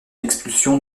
expulsion